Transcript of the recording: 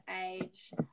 age